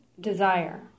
desire